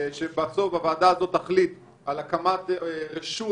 שבסוף הוועדה הזו תחליט על הקמת רשות